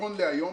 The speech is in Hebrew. נכון להיום,